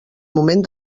moment